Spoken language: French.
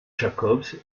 jacobs